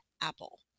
apple